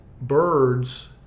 birds